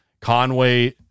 Conway –